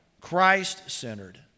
Christ-centered